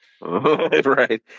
Right